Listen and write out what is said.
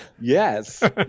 Yes